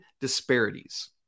disparities